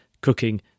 cooking